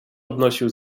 odnosił